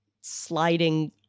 sliding